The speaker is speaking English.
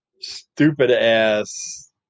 stupid-ass